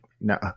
No